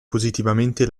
positivamente